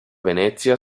venezia